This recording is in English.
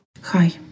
Hi